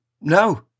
no